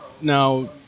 now